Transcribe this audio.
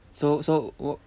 so so wh~